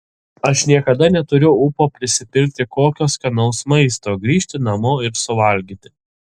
aš niekada neturiu ūpo prisipirkti kokio skanaus maisto grįžti namo ir suvalgyti